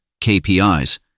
KPIs